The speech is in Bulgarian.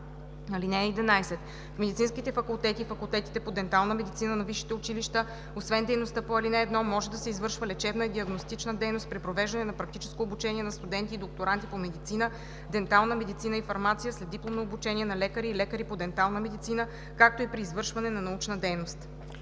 „(11) В медицинските факултети и факултетите по дентална медицина на висшите училища, освен дейността по ал. 1, може да се извършва лечебна и диагностична дейност при провеждане на практическо обучение на студенти и докторанти по медицина, дентална медицина и фармация, следдипломно обучение на лекари и лекари по дентална медицина, както и при извършване на научна дейност.“